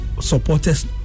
supporters